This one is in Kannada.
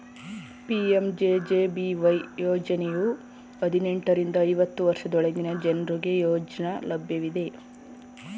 ಪಿ.ಎಂ.ಜೆ.ಜೆ.ಬಿ.ವೈ ಯೋಜ್ನಯು ಹದಿನೆಂಟು ರಿಂದ ಐವತ್ತು ವರ್ಷದೊಳಗಿನ ಜನ್ರುಗೆ ಯೋಜ್ನ ಲಭ್ಯವಿದೆ